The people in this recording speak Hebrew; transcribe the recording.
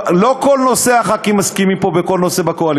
לא בכל נושא הח"כים מסכימים פה בקואליציה.